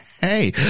Hey